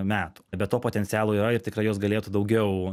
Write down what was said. metų bet to potencialo yra ir tikrai jos galėtų daugiau